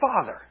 father